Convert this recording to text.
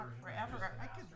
forever